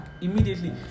immediately